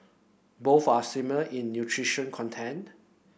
both are similar in nutrition content